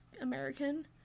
American